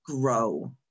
grow